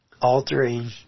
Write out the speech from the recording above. altering